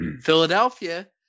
Philadelphia